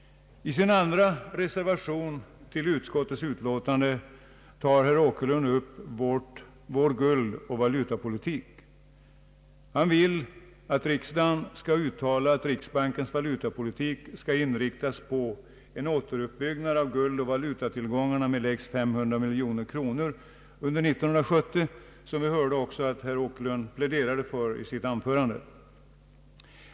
I sin andra reservation till utskottets utlåtande tar herr Åkerlund upp vår guldoch valutapolitik. Han vill att riksdagen skall uttala att riksbankens valutapolitik skall inriktas på en återuppbyggnad av guldoch valutatillgångarna med lägst 500 miljoner kronor under 1970, som vi hörde att herr Åkerlund också pläderade för i sitt anförande.